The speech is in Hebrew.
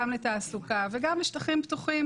גם לתעסוקה וגם לשטחים פתוחים.